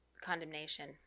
Condemnation